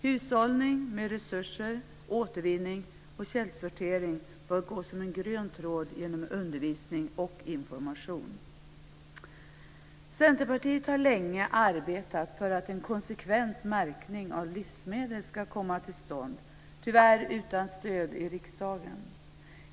Hushållning med resurser, återvinning och källsortering bör gå som en grön tråd genom undervisning och information. Centerpartiet har länge arbetat för att en konsekvent märkning av livsmedel ska komma till stånd, tyvärr utan stöd i riksdagen.